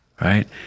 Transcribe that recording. right